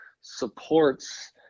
supports